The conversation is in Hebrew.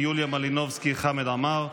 יוליה מלינובסקי וחמד עמאר,